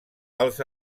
els